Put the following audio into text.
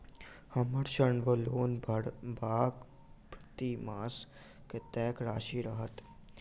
हम्मर ऋण वा लोन भरबाक प्रतिमास कत्तेक राशि रहत?